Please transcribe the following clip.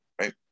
right